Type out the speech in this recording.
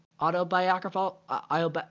autobiographical